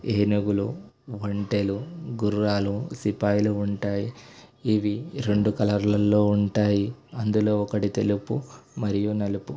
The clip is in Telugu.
ఏనుగులు ఒంటెలు గుర్రాలు సిపాయిలు ఉంటాయి ఇవి రెండు కలర్లలో ఉంటాయి అందులో ఒకటి తెలుపు మరియు నలుపు